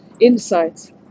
insights